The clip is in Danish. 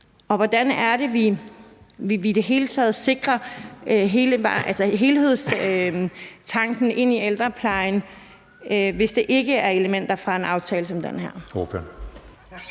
Hvordan er det, at vi i det hele taget sikrer helhedstanken i ældreplejen, hvis det ikke er med elementer fra en aftale som den her?